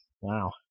Wow